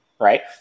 right